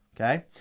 okay